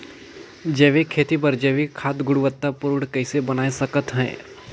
जैविक खेती बर जैविक खाद गुणवत्ता पूर्ण कइसे बनाय सकत हैं?